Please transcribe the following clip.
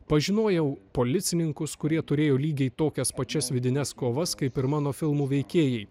pažinojau policininkus kurie turėjo lygiai tokias pačias vidines kovas kaip ir mano filmų veikėjai